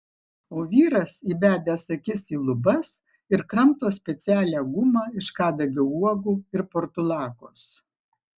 o vyras įbedęs akis į lubas ir kramto specialią gumą iš kadagio uogų ir portulakos